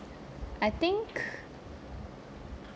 I think